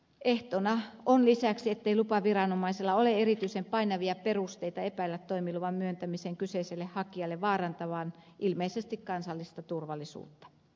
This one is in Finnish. ehtona on lisäksi ettei lupaviranomaisella ole erityisen painavia perusteita epäillä toimiluvan myöntämisen kyseiselle hakijalle vaarantavan ilmeisesti kansallista turvallisuutta